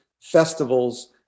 festivals